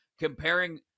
comparing